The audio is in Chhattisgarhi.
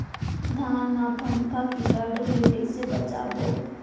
धान मां फम्फा कीटाणु ले कइसे बचाबो?